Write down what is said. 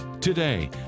Today